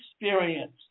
experience